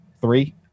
three